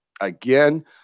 Again